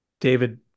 David